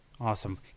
Awesome